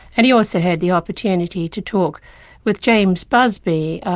and he also had the opportunity to talk with james busby,